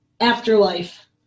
afterlife